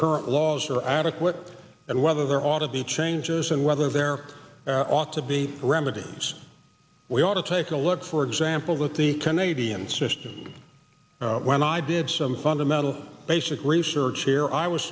current laws are adequate and whether there ought to be changes and whether there ought to be remedies we ought to take a look for example with the canadian system when i did some fundamental basic research here i was